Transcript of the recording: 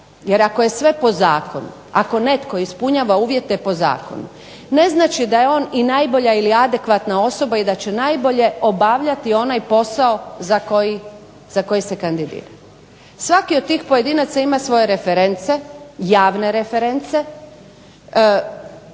jer ako je sve po zakonu, ako netko ispunjava uvjete po zakonu, ne znači da je on i najbolja ili adekvatna osoba i da će najbolje obavljati onaj posao za koji se kandidira. Svaki od tih pojedinaca ima svoje reference, javne reference,